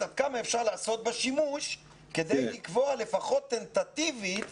עד כמה אפשר לעשות בה שימוש כדי לקבוע לפחות טנטטיבית